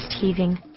heaving